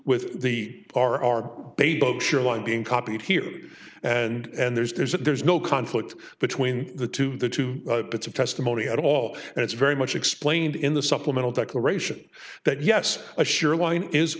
with the r r baby sure line being copied here and there's that there's no conflict between the two the two bits of testimony at all and it's very much explained in the supplemental declaration that yes a sure line is